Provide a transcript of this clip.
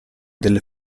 delle